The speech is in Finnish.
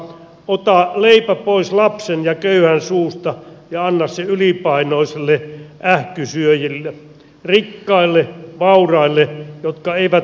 ota leipä pois lapsen ja köyhän suusta ja anna se ylipainoisille ähkysyöjille rikkaille vauraille jotka eivät tukea tarvitse